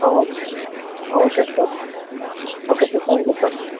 so okay sir okay sir thank you sir